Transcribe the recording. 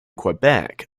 quebec